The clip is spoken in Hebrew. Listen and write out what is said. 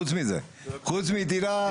חוץ מדירה.